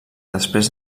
després